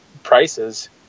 prices